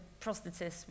prosthetist